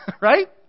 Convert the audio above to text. Right